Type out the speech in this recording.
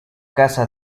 casa